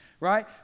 right